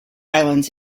islands